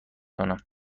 کنم